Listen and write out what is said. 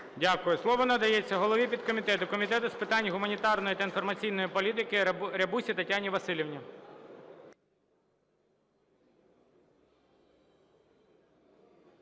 Дякую. Слово надається голові підкомітету Комітету з питань гуманітарної та інформаційної політики Рябусі Тетяні Василівні.